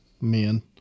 men